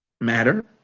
Matter